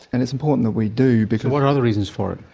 and it's important that we do because. what are the reasons for it?